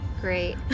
Great